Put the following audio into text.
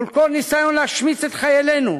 מול כל ניסיון להשמיץ את חיילינו,